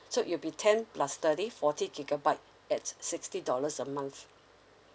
so it'll be ten plus thirty forty gigabyte at sixty dollars a month